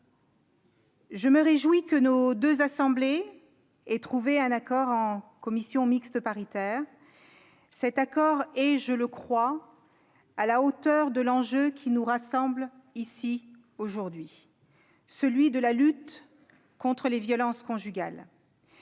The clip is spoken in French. Je me réjouis que nos deux assemblées aient trouvé un accord en commission mixte paritaire. Il est, je le crois, à la hauteur de l'enjeu qui nous rassemble aujourd'hui, celui de la lutte contre les violences conjugales.